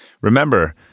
Remember